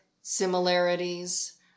similarities